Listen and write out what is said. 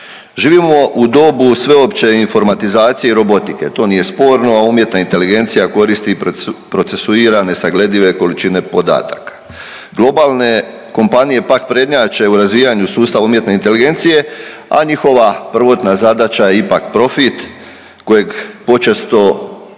Živimo u dobu sveopće informatizacije i robotike, to nije sporno a umjetna inteligencija koristi procesuirane, nesagledive količine podataka. Globalne kompanije pak prednjače u razvijanju sustava umjetne inteligencije, a njihova prvotna zadaća je ipak profit kojeg počesto stavlja